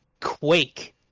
quake